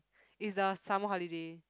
it's the summer holiday